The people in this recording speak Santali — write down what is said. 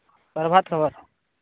ᱯᱨᱚᱵᱷᱟᱛ ᱠᱷᱚᱵᱚᱨ